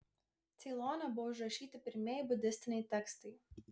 ceilone buvo užrašyti pirmieji budistiniai tekstai